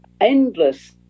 endless